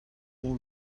will